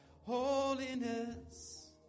holiness